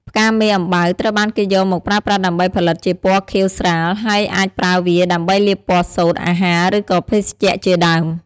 ផ្កាមេអំបៅ ត្រូវបានគេយកមកប្រើប្រាស់ដើម្បីផលិតជាពណ៌ខៀវស្រាល ហើយអាចប្រើវាដើម្បីលាបពណ៌សូត្រ អាហារ ឬក៏ភេសជ្ជៈ ជាដើម។